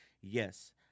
yes